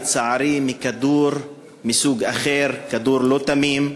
לצערי, מכדור מסוג אחר, כדור לא תמים,